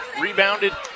Rebounded